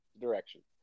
direction